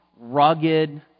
rugged